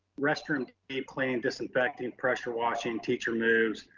restroom deep cleaning, disinfecting, pressure washing, teacher moves,